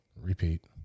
repeat